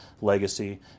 Legacy